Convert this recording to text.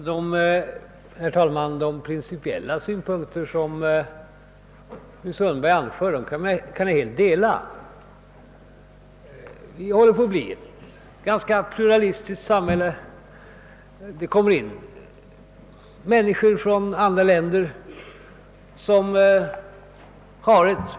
Herr talman! De principiella synpunkter som fru Sundberg anförde kan jag helt dela. Vi håller på att bli ett ganska pluralistiskt samhälle. Människor från andra länder flyttar hit.